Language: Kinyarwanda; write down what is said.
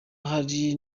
hari